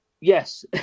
yes